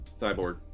cyborg